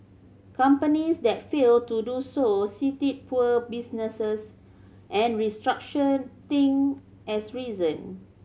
companies that failed to do so cited poor businesses and restruction thing as reason